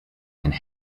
and